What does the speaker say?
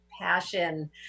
passion